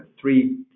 three